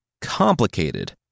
Complicated